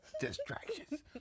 Distractions